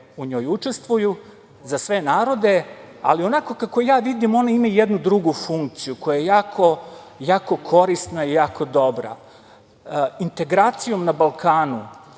u njoj učestvuju, za sve narode, ali onako kako ja vidim ona ima jednu drugu funkciju koja je jako korisna i jako dobra. Integracijom na Balkanu